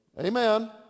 Amen